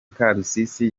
karusisi